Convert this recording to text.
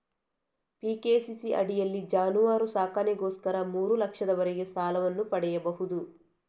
PKCC ಅಡಿಯಲ್ಲಿ ಜಾನುವಾರು ಸಾಕಣೆಗೋಸ್ಕರ ಮೂರು ಲಕ್ಷದವರೆಗೆ ಸಾಲವನ್ನು ಪಡೆಯಬಹುದು